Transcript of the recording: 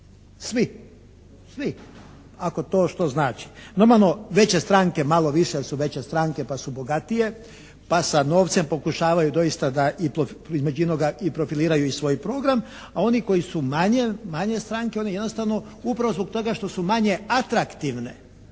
Svi. Ako to što znači. Normalno veće stranke malo više jer su veće stranke pa su bogatije, pa sa novcem pokušavaju doista i da između …/Govornik se ne razumije./… profiliraju i svoj program a oni koji su manje stranke oni jednostavno upravo zbog toga što su manje atraktivne